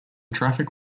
traffic